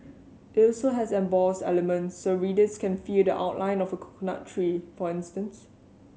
it also has embossed elements so readers can feel the outline of a coconut tree for instance